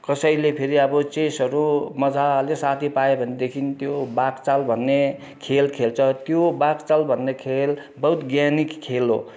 कसैले फेरि अब चेसहरू मज्जाले साथी पायो भनेदेखि त्यो बाघचाल भन्ने खेल खेल्छ त्यो बाघचाल भन्ने खेल बहुत ज्ञानी खेल हो